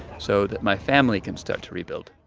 so that my family can start to rebuild.